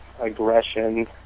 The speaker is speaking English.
Aggression